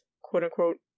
quote-unquote